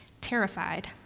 terrified